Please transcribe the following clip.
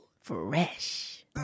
Fresh